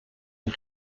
een